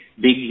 big